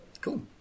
Cool